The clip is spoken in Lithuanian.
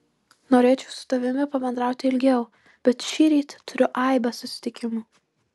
norėčiau su tavimi pabendrauti ilgiau bet šįryt turiu aibę susitikimų